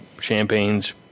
Champagne's